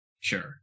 Sure